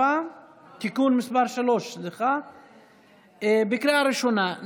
3) בקריאה ראשונה.